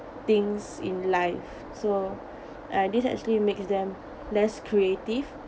things in life so uh this actually makes them less creative